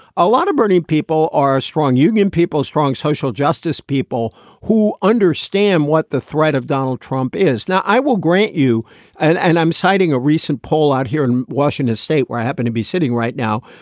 a lot of bernie, people are strong union people, strong social justice people who understand what the threat of donald trump is now. i will grant you and and i'm citing a recent poll out here in washington state where i happen to be sitting right now.